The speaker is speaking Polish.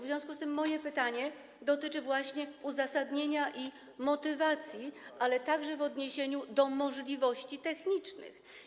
W związku z tym moje pytanie dotyczy właśnie uzasadnienia i motywacji, także w odniesieniu do możliwości technicznych.